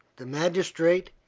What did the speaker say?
the magistrate,